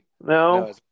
No